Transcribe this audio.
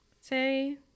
Say